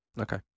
Okay